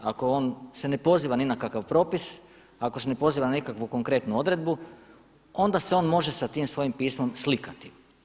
Ako on se ne poziva ni na koji propis, ako se ne poziva na nikakvu konkretnu odredbu onda se on može sa tim svojim pismom slikati.